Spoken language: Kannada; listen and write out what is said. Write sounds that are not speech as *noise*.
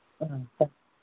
*unintelligible*